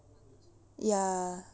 ya